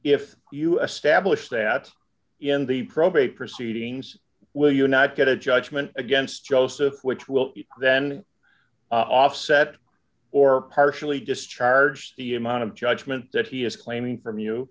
if you establish that in the probate proceedings will you not get a judgment against joseph which will then offset or partially discharge the amount of judgment that he is claiming from you